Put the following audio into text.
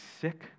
sick